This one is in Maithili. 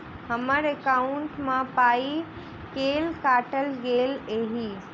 हम्मर एकॉउन्ट मे पाई केल काटल गेल एहि